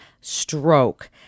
stroke